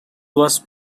was